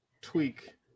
tweak